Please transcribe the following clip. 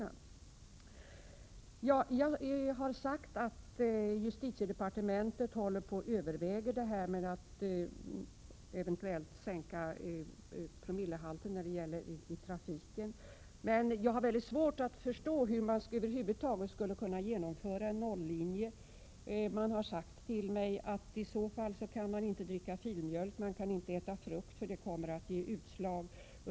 Jag har sagt att justitiedepartementet överväger en eventuell sänkning av den tillåtna promillehalten i trafiksammanhang. Men jag har väldigt svårt att förstå hur man över huvud taget skulle kunna genomföra en nollinje. Man 2 har sagt till mig att det i så fall inte går att dricka filmjölk eller att äta frukt, för det kommer att ge utslag.